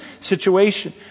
situation